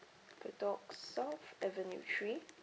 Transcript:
bedok south avenue three